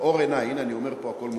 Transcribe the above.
באור עיני, הנה, אני אומר פה, הכול מוקלט.